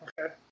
okay